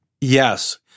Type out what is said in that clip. Yes